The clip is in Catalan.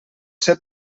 ser